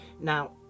Now